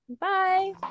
Bye